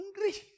hungry